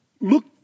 Look